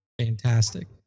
Fantastic